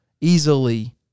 easily